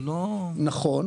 נכון.